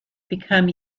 become